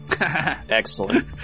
Excellent